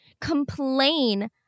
complain